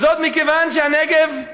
וזה מכיוון שהנגב,